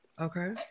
Okay